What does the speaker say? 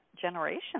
generation